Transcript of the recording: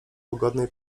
łagodnej